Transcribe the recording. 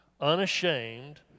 Unashamed